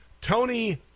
tony